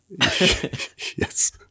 yes